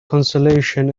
consolation